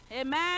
Amen